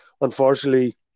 unfortunately